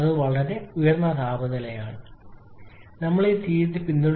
അത് വളരെ വലിയ താപനിലയാണ് ഞങ്ങൾക്ക് അത്തരം ഉയർന്ന തോതിൽ നൽകുന്നത് പരിഗണിക്കേണ്ടതാണ് കാര്യക്ഷമത